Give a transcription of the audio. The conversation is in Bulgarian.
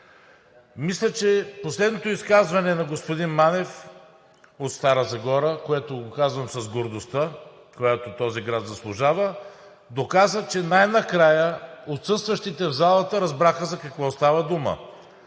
Мисля, че последното изказване на господин Манев от Стара Загора, което го казвам с гордостта, която този град заслужава, доказа, че най-накрая отсъстващите в залата разбраха за какво става дума.